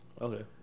Okay